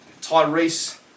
Tyrese